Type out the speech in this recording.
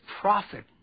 profit